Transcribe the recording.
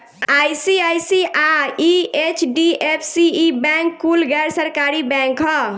ICICI, HDFC, ई bank कुल गैर सरकारी बैंक ह